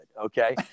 Okay